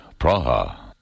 Praha